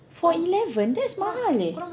for eleven that's mahal leh